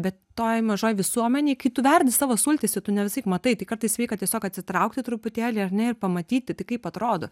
bet toj mažoj visuomenėj kai tu verdi savo sultyse tu ne visąlaik matai tai kartais sveika tiesiog atsitraukti truputėlį ar ne ir pamatyti tai kaip atrodo